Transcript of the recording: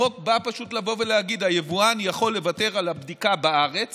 החוק בא פשוט להגיד: היבואן יכול לוותר על הבדיקה בארץ